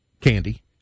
candy